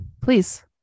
please